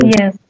Yes